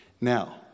Now